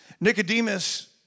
Nicodemus